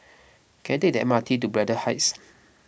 can I take the M R T to Braddell Heights